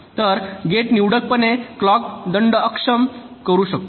तर गेट निवडकपणे क्लॉक दंड अक्षम करू शकतो